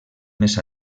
més